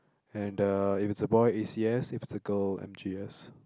and the if it's a boy A_C_S if it's a girl M_G_S